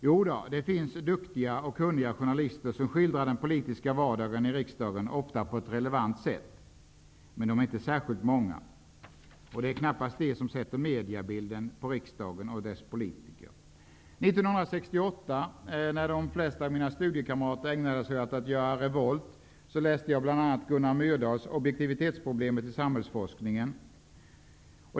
Jodå, det finns duktiga och kunniga journalister som skildrar den politiska vardagen i riksdagen, ofta på ett relevant sätt -- men de är inte särskilt många. Och det är knappast de som bestämmer mediebilden av riksdagen och dess politiker. År 1968, när de flesta av mina studiekamrater ägnade sig åt att göra revolt, läste jag bl.a. Gunnar Myrdals Objektivitetsproblemet i samhällsforskningen.